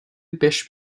beş